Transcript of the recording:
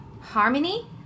Harmony